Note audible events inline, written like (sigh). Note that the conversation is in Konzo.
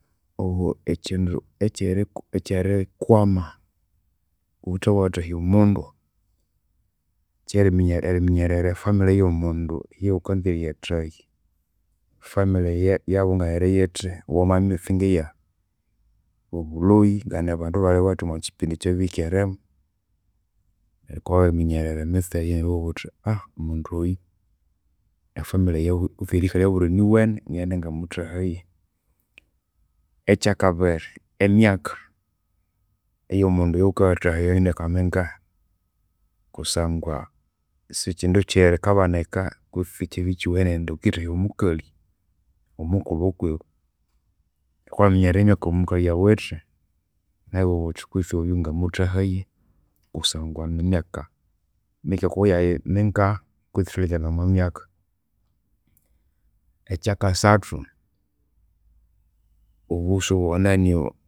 Obo ekyindu ekyeri ekyerikwama ghuthewathahya omundu kyeriminyere lyeriminyerera efamily eyomundu eyaghukanza eriyathahya. Efamaily yabu ngayiriyithi. Waminya emitse ngeya obulhoyi, nganibandu bali bathi omwakyipindi ekyabikeremu. (hesitation) Ghukabya wabiriminyerera emitse eyu neryo (hesitation) iwabugha ghuthi omundi oyu efamily kwitsi erihika lyabu liniwene ngaghende ngamuthahaye. (noise) Ekyakabiri, emyaka eyomundu eyaghukayathahaya nimyaka mingahi kusangwa sikyindu ekyikabanika kwisi sikyindu ekyiwene indi ghukendithahya omukali omukulhu okwiwe. Ghukabya wabiriminyerera emyaka eyomukali awithe neryo iwabugha ghuthi kwisi oyu ngamuthahaye, kusangwa nimyaka mike okwayayi mingaha kwisi thulingirirene omwamyaka. Ekyakasathu, obusu obwo (unintelligible) enani